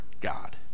God